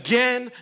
Again